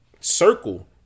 circle